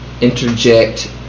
interject